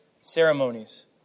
ceremonies